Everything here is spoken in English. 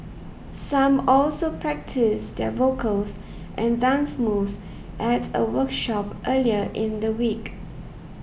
some also practised their vocals and dance moves at a workshop earlier in the week